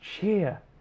cheer